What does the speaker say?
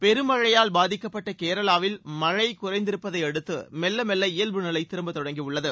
பெருமழையால் பாதிக்கப்பட்ட கேரளாவில் மழழ குறைந்திருப்பதை அடுத்து மெல்ல மெல்ல இயல்பு நிலை திரும்பத் தொடங்கியுள்ளது